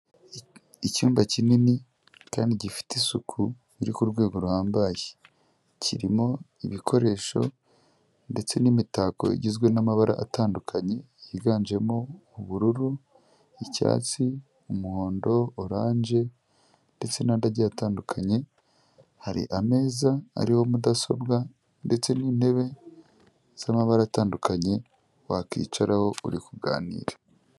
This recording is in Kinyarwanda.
Icyumba kinini kandi gifite isuku iri ku rwego ruhambaye. Kirimo ibikoresho ndetse n'imitako igizwe n'amabara atandukanye, yiganjemo ubururu, icyatsi, umuhondo, orange ndetse n'andi agiye atandukanye. Hari ameza ariho mudasobwa ndetse n'intebe z'amabara atandukanye, wakwicaraho uri kuganira.